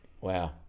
Wow